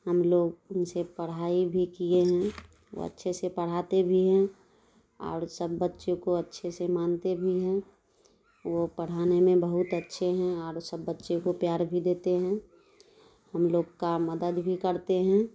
ہم لوگ ان سے پڑھائی بھی کیے ہیں وہ اچھے سے پڑھاتے بھی ہیں اور سب بچے کو اچھے سے مانتے بھی ہیں وہ پڑھانے میں بہت اچھے ہیں اور سب بچے کو پیار بھی دیتے ہیں ہم لوگ کا مدد بھی کرتے ہیں